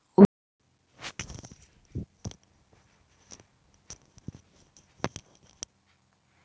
उधारकर्ता कें एकटा निश्चित अवधि धरि लेल बैंक अथवा वित्तीय संस्था सं कर्ज भेटै छै